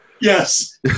Yes